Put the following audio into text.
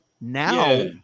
Now